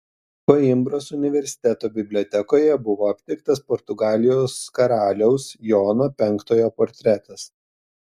koimbros universiteto bibliotekoje buvo aptiktas portugalijos karaliaus jono penktojo portretas